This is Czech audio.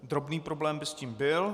Drobný problém by s tím byl.